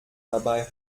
dabei